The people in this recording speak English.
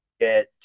get